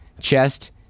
chest